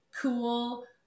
cool